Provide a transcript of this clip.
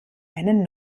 einen